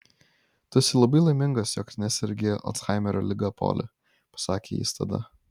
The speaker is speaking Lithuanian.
tu esi labai laimingas jog nesergi alzhaimerio liga poli pasakė jis tada